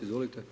Izvolite.